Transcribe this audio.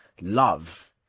love